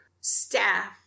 staff